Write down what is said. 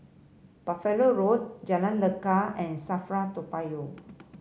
Buffalo Road Jalan Lekar and Safra Toa Payoh